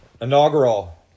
inaugural